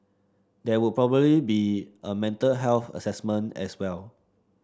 there would probably be a mental health assessment as well